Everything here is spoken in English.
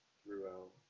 throughout